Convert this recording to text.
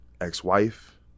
ex-wife